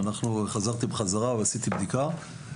חזרתי ועשיתי בדיקה.